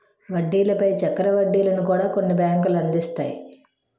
వడ్డీల పై చక్ర వడ్డీలను కూడా కొన్ని బ్యాంకులు అందిస్తాయి